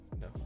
No